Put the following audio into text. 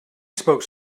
spoke